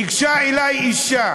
ניגשה אלי אישה